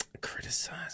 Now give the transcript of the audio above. Criticize